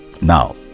Now